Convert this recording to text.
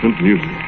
music